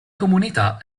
comunità